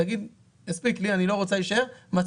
תגיד שהיא לא רוצה להישאר וכי הספיק לה,